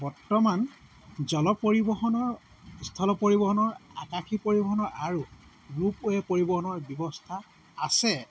বৰ্তমান জল পৰিবহনৰ স্থল পৰিবহনৰ আকাশী পৰিবহনৰ আৰু ৰোপৱে পৰিবহনৰ ব্যৱস্থা আছে